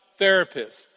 therapists